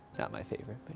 not my favorite,